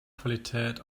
qualität